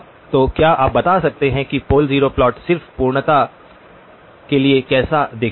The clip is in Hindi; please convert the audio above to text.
तो क्या आप बता सकते हैं कि पोल जीरो प्लॉट सिर्फ पूर्णता के लिए कैसा दिखता है